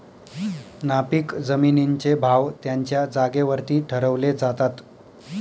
नापीक जमिनींचे भाव त्यांच्या जागेवरती ठरवले जातात